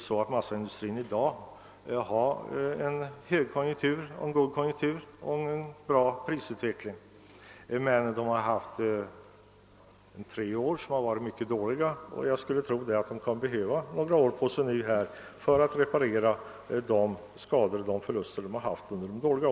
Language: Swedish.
Visst har denna i dag goda konjunkturer och en gynnsam prisutveckling, men den har haft tre mycket dåliga år, och jag skulle tro att den behöver några år för att reparera de förluster som uppstått under dessa.